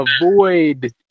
avoid